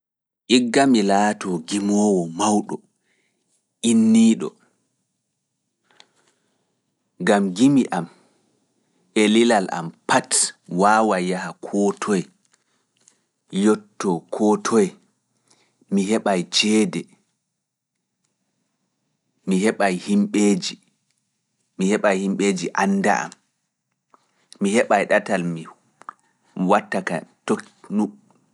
Igga mi laatoo gimowo mawɗo inniiɗo, gam jimi am e lilal am pat waawa yaha koo toye, yottoo koo toye, mi heɓa ceede, mi heɓa himɓeeji, mi heɓa himɓeeji annda am, mi heɓa ɗatal mi watta ka tokkugo e mi nelba lile.